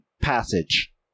passage